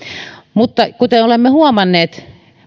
mutta kuten olemme huomanneet